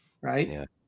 Right